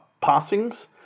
passings